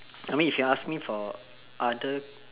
I mean if you ask me for other